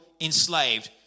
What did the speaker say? enslaved